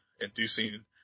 inducing